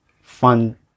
fun